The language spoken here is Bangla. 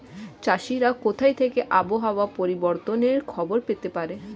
চাষিরা কোথা থেকে আবহাওয়া পরিবর্তনের খবর পেতে পারে?